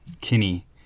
Kinney